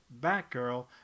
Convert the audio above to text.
Batgirl